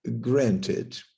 granted